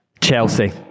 Chelsea